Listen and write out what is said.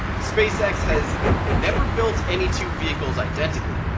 spacex has never built any two vehicles identically,